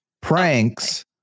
pranks